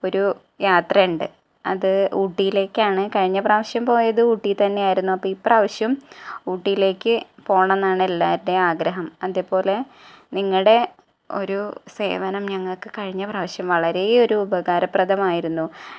ഒരു യാത്രയുണ്ട് അത് ഊട്ടിയിലേയ്ക്കാണ് കഴിഞ്ഞപ്രാവശ്യം പോയതും ഊട്ടിയില് തന്നെയായിരുന്നു അപ്പോള് ഇപ്രാവശ്യം ഊട്ടിയിലേയ്ക്ക് പോകണമെന്നാണ് എല്ലാവരുടെയും ആഗ്രഹം അതേപോലെ നിങ്ങളുടെ ഒരു സേവനം ഞങ്ങള്ക്കു കഴിഞ്ഞപ്രാവശ്യം വളരേയൊരു ഉപകാരപ്രദമായിരുന്നു